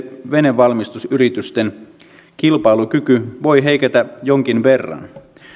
venevalmistusyritysten kilpailukyky voi heiketä jonkin verran